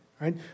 right